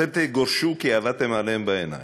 אתם תגורשו, כי עבדתם עליהם בעיניים.